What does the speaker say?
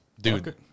Dude